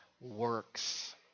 works